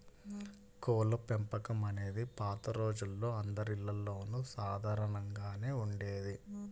కోళ్ళపెంపకం అనేది పాత రోజుల్లో అందరిల్లల్లోనూ సాధారణంగానే ఉండేది